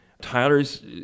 Tyler's